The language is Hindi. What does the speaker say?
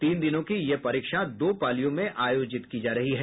तीन दिनों की यह परीक्षा दो पालियों में आयोजित की जा रही है